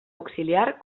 auxiliar